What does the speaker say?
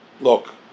look